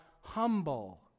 humble